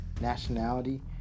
nationality